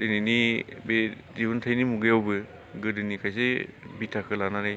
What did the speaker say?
दिनैनि बे दिहुनथायनि मुगायावबो गोदोनि खायसे बिथाखौ लानानै